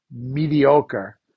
mediocre